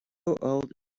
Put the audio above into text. old